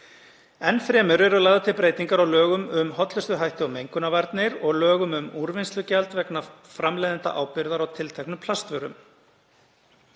Enn fremur eru lagðar til breytingar á lögum um hollustuhætti og mengunarvarnir og lögum um úrvinnslugjald vegna framleiðendaábyrgðar á tilteknum plastvörum.